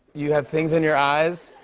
you have things on your eyes?